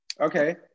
Okay